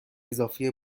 اضافه